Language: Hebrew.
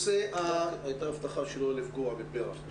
היתה הבטחה שלא לפגוע בפר"ח.